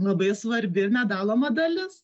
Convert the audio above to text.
labai svarbi ir nedaloma dalis